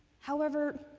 however,